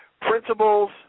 principles